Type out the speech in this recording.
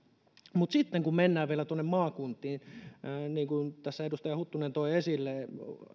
mutta sitten kun mennään vielä tuonne maakuntiin niin kuin tässä edustaja huttunen toi esille